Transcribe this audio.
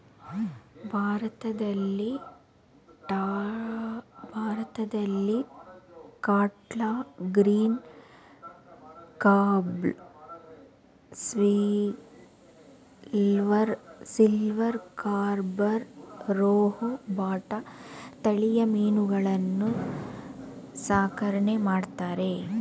ಭಾರತದಲ್ಲಿ catla, green carp, silver carp, rohu, ಬಾಟ ತಳಿಯ ಮೀನುಗಳನ್ನು ಸಾಕಣೆ ಮಾಡ್ತರೆ